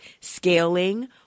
scaling